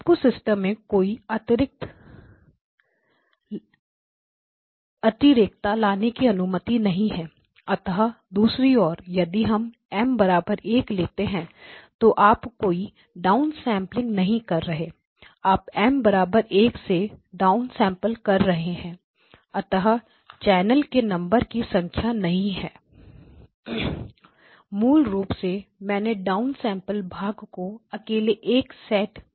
आपको सिस्टम में कोई अतिरिक्त अतिरेकता लाने की अनुमति नहीं है अतः दूसरी ओर यदि हम एम M 1 लेते हैं तो आप कोई डाउनसेंपलिंग नहीं कर रहे आप म१ से डाउन सैंपल कर रहे हैं अतः चैनल के नंबर की संख्या नहीं है मूल रूप से मैंने डाउन सैंपल भाग को अकेले 1 सेट किया है